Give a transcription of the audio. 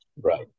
Right